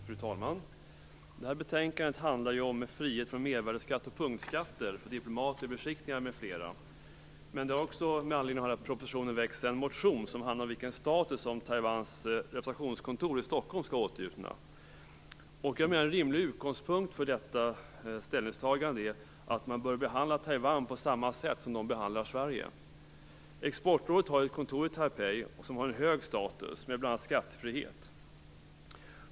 Fru talman! Det här betänkandet handlar om frihet från mervärdesskatt och punktskatt för diplomater och beskickningar m.fl. Men det har också med anledning av den här proposition väckts en motion som handlar om vilken status som Taiwans representationskontor i Stockholm skall åtnjuta. Jag menar att en rimlig utgångspunkt för detta ställningstagande är att man bör behandla Taiwan på samma sätt som Taiwan behandlar Sverige. Exportrådet har ett kontor i Taipei som har hög status med bl.a. skattefrihet.